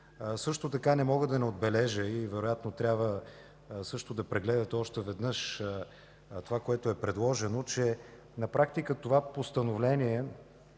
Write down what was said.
Също така не мога да не отбележа, вероятно също трябва да прегледате още веднъж това, което е предложено, че на практика това Постановление